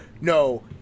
no